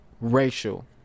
racial